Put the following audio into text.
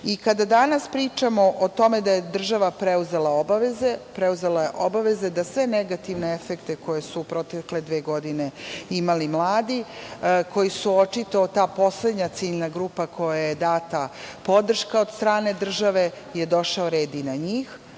Vučić. Kada danas pričamo o tome da je država preuzela obaveze, preuzela je obaveze da sve negativne efekte koje su u protekle dve godine imali mladi, koji su očito ta poslednja ciljna grupa kojoj je data podrška od strane države, je došao red i na njih